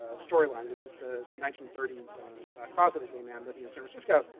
ah storyline, which is the the nineteen thirty s closeted gay man living in san francisco.